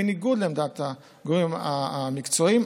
בניגוד לעמדת הגורמים המקצועיים,